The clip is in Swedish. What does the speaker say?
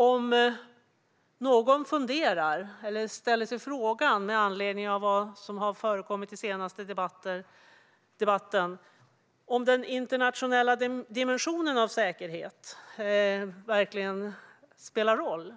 Om någon ställer sig frågan med anledning av vad som förekommit i den senaste debatten om den internationella dimensionen av säkerhet verkligen spelar en roll